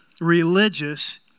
religious